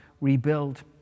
rebuild